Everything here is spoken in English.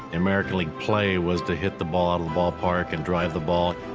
and american league play was to hit the ball out of the ballpark and drive the ball.